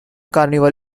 carnival